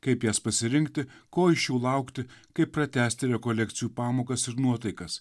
kaip jas pasirinkti ko iš jų laukti kaip pratęsti rekolekcijų pamokas ir nuotaikas